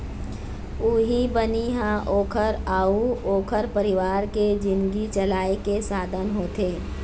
उहीं बनी ह ओखर अउ ओखर परिवार के जिनगी चलाए के साधन होथे